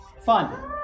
fun